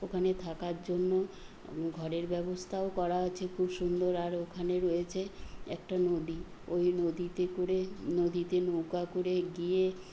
ওখানে থাকার জন্য ঘরের ব্যবস্থাও করা আছে খুব সুন্দর আর ওখানে রয়েছে একটা নদী ওই নদীতে করে নদীতে নৌকা করে গিয়ে